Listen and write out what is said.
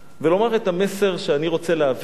ולומר את המסר שאני רוצה להעביר